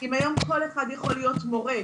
אם היום כל אחד יכול להיות מורה,